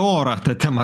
orą ta tema